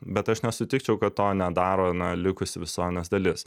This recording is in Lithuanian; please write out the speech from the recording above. bet aš nesutikčiau kad to nedaro na likusi visuomenės dalis